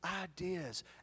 ideas